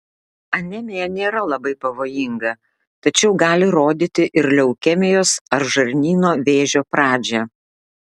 anemija nėra labai pavojinga tačiau gali rodyti ir leukemijos ar žarnyno vėžio pradžią